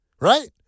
right